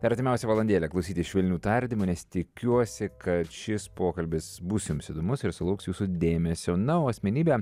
artimiausią valandėlę klausytis švelnių tardymų nes tikiuosi kad šis pokalbis bus jums įdomus ir sulauks jūsų dėmesio na o asmenybė